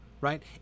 right